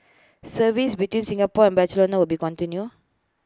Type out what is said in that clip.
services between Singapore and Barcelona will be continue